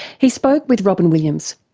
he spoke with robyn williams.